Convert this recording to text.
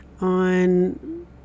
on